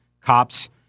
cops